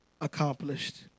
accomplished